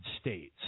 states